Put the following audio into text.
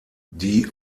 die